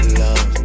love